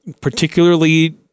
particularly